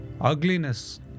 ugliness